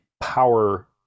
power